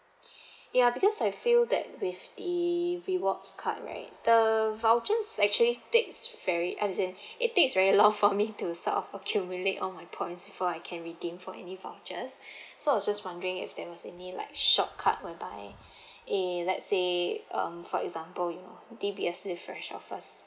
ya because I feel that with the rewards card right the vouchers actually takes very as in it takes very long for me to sort of accumulate all my points before I can redeem for any vouchers so I was just wondering if there is any like shortcut whereby eh let say um for example you know D_B_S refresh of us